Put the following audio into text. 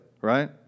right